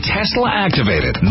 Tesla-activated